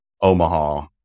Omaha